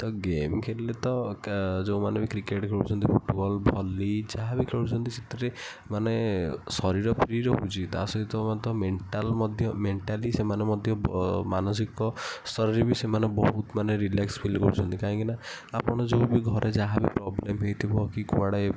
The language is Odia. ତ ଗେମ୍ ଖେଳିଲେ ତ ଯେଉଁମାନେ ବି କ୍ରିକେଟ୍ ଖେଳୁଛନ୍ତି ଫୁଟୁବଲ୍ ଭଲି ଯାହାବି ଖେଳୁଛନ୍ତି ସେଥିରେ ମାନେ ଶରୀର ଫ୍ରି ରହୁଛି ତା'ସହିତ ମଧ୍ୟ ମେଣ୍ଟାଲ୍ ମଧ୍ୟ ମେଣ୍ଟାଲି ସେମାନେ ମଧ୍ୟ ମାନସିକ ସ୍ତରରେ ବି ସେମାନେ ବହୁତ ମାନେ ରିଲାକ୍ସ୍ ଫିଲ୍ କରୁଛନ୍ତି କାହିଁକିନା ଆପଣ ଯେଉଁ ବି ଘରେ ଯାହା ବି ପ୍ରୋବ୍ଲେମ୍ ହେଇଥିବ କି କୁଆଡ଼େ